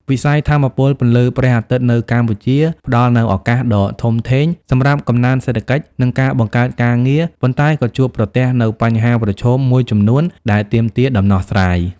វិស័យថាមពលពន្លឺព្រះអាទិត្យនៅកម្ពុជាផ្តល់នូវ ឱកាសដ៏ធំធេង សម្រាប់កំណើនសេដ្ឋកិច្ច និងការបង្កើតការងារ ប៉ុន្តែក៏ជួបប្រទះនូវ បញ្ហាប្រឈម មួយចំនួនដែលទាមទារដំណោះស្រាយ។